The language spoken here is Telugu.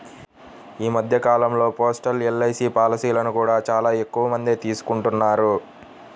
ఈ మధ్య కాలంలో పోస్టల్ ఎల్.ఐ.సీ పాలసీలను కూడా చాలా ఎక్కువమందే తీసుకుంటున్నారు